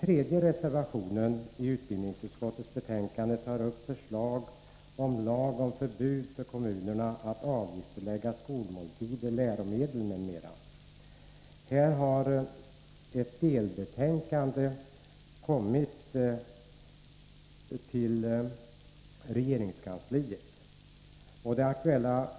Vpk tari sin reservation upp förslag till lag om förbud för kommunerna att avgiftsbelägga skolmåltider, läromedel m.m. Skolförfattningsutredningen har i den frågan avgivit ett delbetänkande.